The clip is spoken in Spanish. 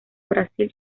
brasil